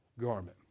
garment